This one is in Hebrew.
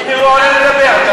הנה הוא עולה לדבר, אתה